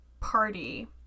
party